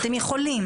מחוייבים.